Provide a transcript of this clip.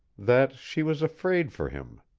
that she was afraid for him.